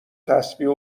تسبیح